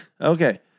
Okay